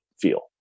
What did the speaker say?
feel